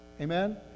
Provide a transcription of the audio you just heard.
Amen